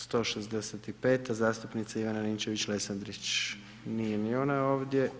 165. zastupnica Ivana Ninčević Lesandrić, nije ni ona ovdje.